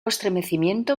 estremecimiento